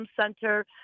center